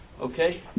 okay